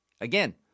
again